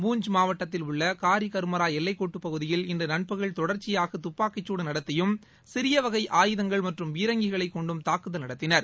பூஞ்ச் மாவட்டத்தில் உள்ள காரிகர்மரா எல்லைக்கோட்டுப் பகுதியில் இன்று நண்பகல் தொடர்ச்சியாக துப்பாக்கிச்சூடு நடத்தியும் சிறிய வகை ஆயுதங்கள் மற்றும் பீரங்கிகளைக் கொண்டும் தாக்குதல் நடத்தினர்